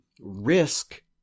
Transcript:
risk